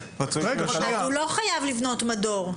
הוא לא חייב לבנות מדור.